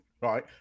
right